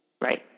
Right